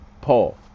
Paul